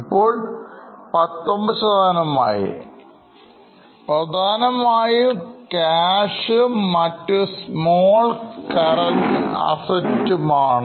ഇപ്പോൾ അത് 19 മായി